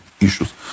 issues